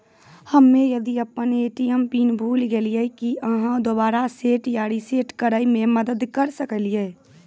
हम्मे यदि अपन ए.टी.एम पिन भूल गलियै, की आहाँ दोबारा सेट या रिसेट करैमे मदद करऽ सकलियै?